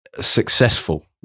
successful